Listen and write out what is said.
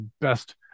best